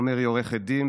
עומר היא עורכת דין,